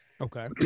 okay